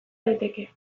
daiteke